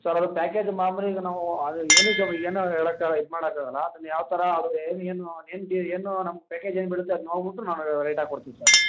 sir ಅದು package ಮಾಮೂಲಿ ಈಗ ನಾವು ಅದು ಏನು ಇದು ಈಗ ಏನು ಹೇಳಕ್ಕೆ ಇದು ಮಾಡೋಕ್ಕಾಗಲ್ಲ ಅದನ್ನ ಯಾವ ಥರ ಅದು ಏನು ಏನು ಏನಕ್ಕೆ ಏನು ನಮ್ಮ ಪ್ಯಾಕೇಜ್ ಏನು ಬೀಳುತ್ತೆ ಅದು ನೋಡ್ಬಿಟ್ಟು ನಾವು ರೇಟ್ ಹಾಕ್ ಕೊಡ್ತೀನಿ ಸರ್ ನಿಮಗೆ